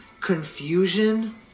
confusion